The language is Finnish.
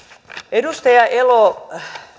edustaja elo